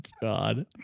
God